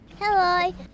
Hello